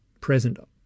present